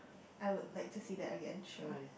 I would like to see that again sure